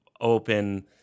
open